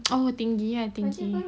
oh tinggi kan tinggi